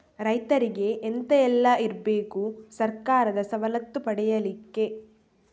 ರೈತರಿಗೆ ಎಂತ ಎಲ್ಲ ಇರ್ಬೇಕು ಸರ್ಕಾರದ ಸವಲತ್ತು ಪಡೆಯಲಿಕ್ಕೆ?